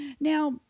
Now